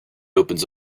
opens